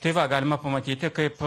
tai va galima pamatyti kaip